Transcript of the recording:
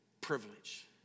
privilege